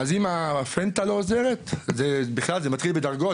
אז אם הפנטה לא עוזרת זה בכלל זה מתחיל בדרגות,